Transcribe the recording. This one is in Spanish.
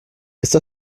está